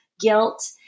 guilt